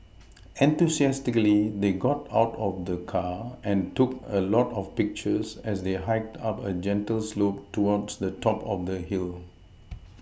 enthusiastically they got out of the car and took a lot of pictures as they hiked up a gentle slope towards the top of the hill